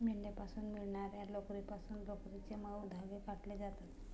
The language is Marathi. मेंढ्यांपासून मिळणार्या लोकरीपासून लोकरीचे मऊ धागे काढले जातात